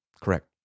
Correct